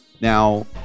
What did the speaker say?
Now